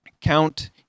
Count